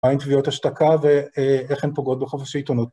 מה הן תביעות השתקה ואיך הן פוגעות בחופש עיתונות.